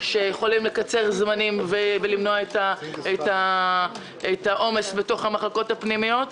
שיכולים לקצר זמנים ולמנוע את העומס בתוך המחלקות הפנימיות,